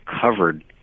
covered